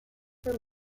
were